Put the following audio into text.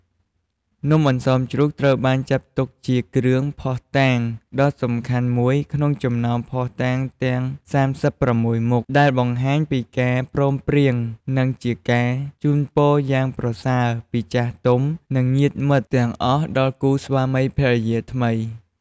នំអន្សមជ្រូកត្រូវបានចាត់ទុកជា គ្រឿងភ័ស្តុតាងដ៏សំខាន់មួយ ក្នុងចំណោមភ័ស្តុតាងទាំង ៣៦ មុខ ដែលបង្ហាញពីការព្រមព្រៀង និងជាការជូនពរយ៉ាងប្រសើរពីចាស់ទុំ និងញាតិមិត្តទាំងអស់ដល់គូស្វាមីភរិយាថ្មី។